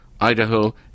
Idaho